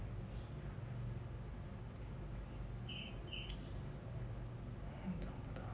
找不到